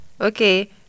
Okay